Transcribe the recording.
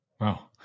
wow